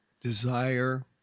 desire